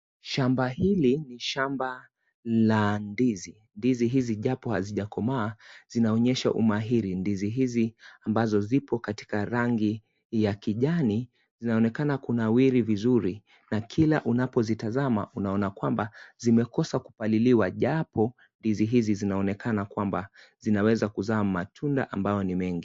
Shamba hili ni shamba la ndizi. Ndizi hizi japo hazijakomaa, zinaonyesha umahiri. Ndizi hizi ambazo zipo katika rangi ya kijani zinaonekana kunawiri vizuri na kila unapozitazama, unaona kwamba zimekosa kupaliliwa japo, ndizi hizi zinaonekana kwamba zinaweza kuzaa matunda ambao ni mengi.